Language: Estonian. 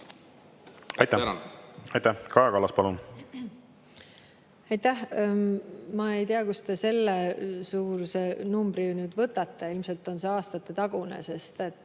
Ma ei tea, kust te selle suurusnumbri võtate. Ilmselt on see aastatetagune, sest